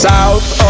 South